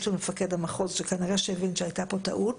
של מפקד המחוז שכנראה הבין שהייתה טעות,